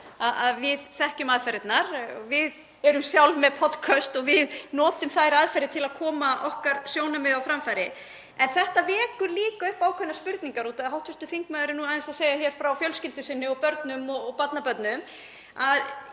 að við þekkjum aðferðirnar. Við erum sjálf með podköst og við notum þær aðferðir til að koma okkar sjónarmiðum á framfæri. En þetta vekur líka upp ákveðnar spurningar. Hv. þingmaður er að segja hér aðeins frá fjölskyldu sinni og börnum og barnabörnum og